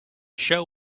show